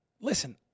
listen